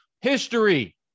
History